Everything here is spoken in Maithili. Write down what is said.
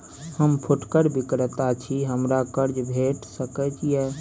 हम फुटकर विक्रेता छी, हमरा कर्ज भेट सकै ये?